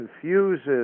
confuses